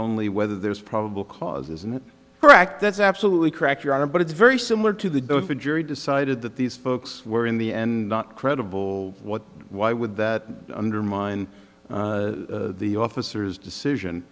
only whether there is probable cause and correct that's absolutely correct your honor but it's very similar to the if a jury decided that these folks were in the and not credible what why would that undermine the officers decision